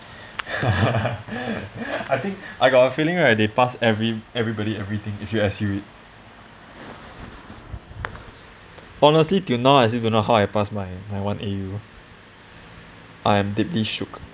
I think I got a feeling right they pass every everybody everything if you actually read honestly don't know how I passes my my one A_U I am deadly shook